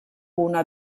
una